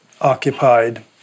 occupied